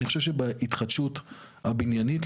אני חושב שבהתחדשות הבניינית,